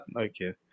okay